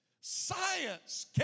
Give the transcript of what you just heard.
Science